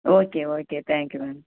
okay okay thank you ma'am